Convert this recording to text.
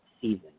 season